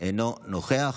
אינו נוכח,